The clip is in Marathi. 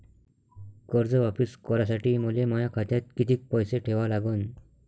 कर्ज वापिस करासाठी मले माया खात्यात कितीक पैसे ठेवा लागन?